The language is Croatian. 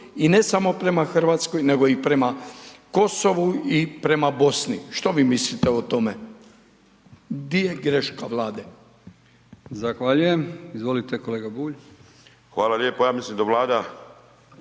i ne samo prema Hrvatskoj, nego i prema Kosovu i prema Bosni. Što vi mislite o tome? Di je greška Vlade?